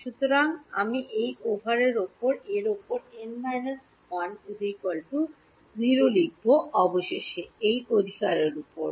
সুতরাং আমি এই ওভার উপর এই উপর এবং n − 1 0 অবশেষে এই অধিকার উপর